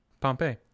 Pompeii